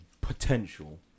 potential